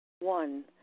One